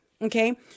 Okay